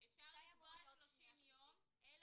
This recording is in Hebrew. בלי תקנות.